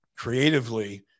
creatively